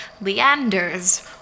Leander's